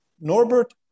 Norbert